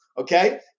Okay